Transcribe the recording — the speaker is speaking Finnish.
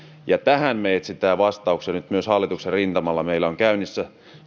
tähän me etsimme vastauksia nyt myös hallituksen rintamalla meillä on käynnissä